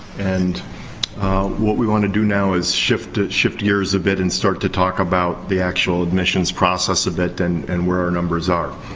and what we wanna do now is shift shift gears a bit and start to talk about the actual admissions process a bit. and and where our numbers are.